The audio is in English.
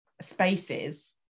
spaces